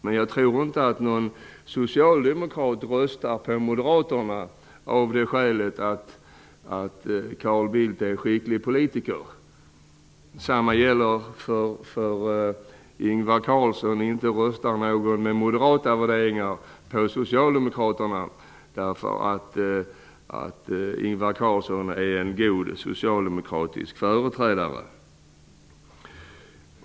Men jag tror inte att någon socialdemokrat röstar på Moderaterna av det skälet att Carl Bildt är en skicklig politiker. Detsamma gäller för Ingvar Carlsson. Inte röstar någon med moderata värderingar på Socialdemokraterna därför att Ingvar Carlsson är en god socialdemokratisk företrädare.